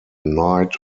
knight